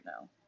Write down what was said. now